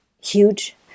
huge